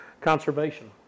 conservation